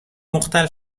مختل